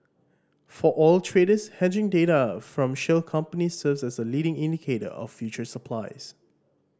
for oil traders hedging data from shale companies serves as a leading indicator of future supplies